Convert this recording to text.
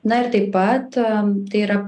na ir taip pat tai yra